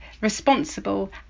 responsible